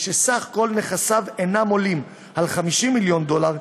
וסך כל נכסיו אינם עולים על 50 מיליון דולר,